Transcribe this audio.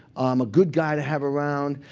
i'm a good guy to have around.